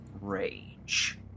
rage